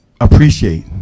appreciate